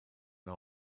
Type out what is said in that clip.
men